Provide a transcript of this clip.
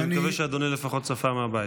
אני מקווה שאדוני לפחות צפה מהבית.